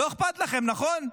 לא אכפת לכם, נכון?